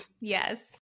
Yes